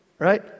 Right